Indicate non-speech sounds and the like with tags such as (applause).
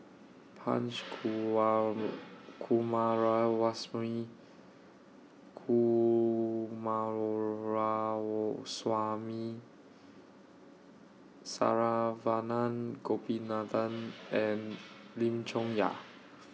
(noise) Punch (unintelligible) Coomaraswamy Saravanan Gopinathan and Lim Chong Yah